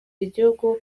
igihugu